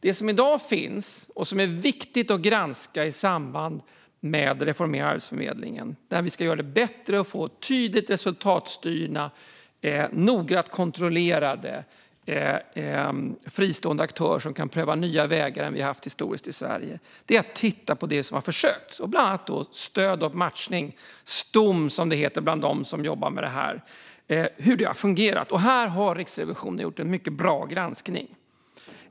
Det som i dag finns och som är viktigt att granska i samband med reformeringen av Arbetsförmedlingen, där vi ska göra det bättre och få tydligt resultatstyrda och noggrant kontrollerade fristående aktörer som kan pröva andra vägar än vad vi historiskt sett har haft i Sverige, är att titta på det som har prövats, bland annat Stöd och matchning - Stom, som det heter bland dem som jobbar med det här - och se på hur det har fungerat. Här har Riksrevisionen gjort en mycket bra granskning.